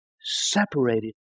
separated